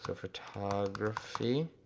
photography,